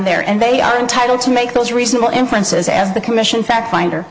their and they are entitled to make those reasonable inferences as the commission fact finder